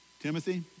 Timothy